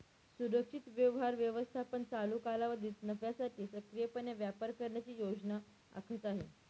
सुरक्षित व्यवहार व्यवस्थापन चालू कालावधीत नफ्यासाठी सक्रियपणे व्यापार करण्याची योजना आखत आहे